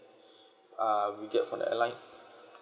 uh we get from the airline